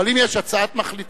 אבל אם יש הצעת מחליטים,